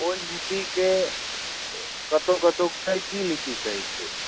ओहि लिपिके कतहु कतहु कैथी लिपि कहै छै